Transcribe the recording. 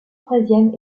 troisième